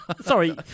Sorry